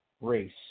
race